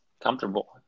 comfortable